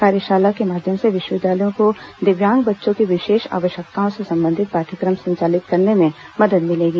कार्यशाला के माध्यम से विश्वविद्यालयों को दिव्यांग बच्चों की विशेष आवश्यकताओं से संबंधित पाठ्यक्रम संचालित करने में मदद मिलेगी